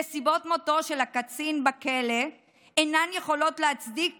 נסיבות מותו של הקצין בכלא אינן יכולות להצדיק